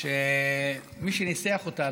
שמי שניסח אותה,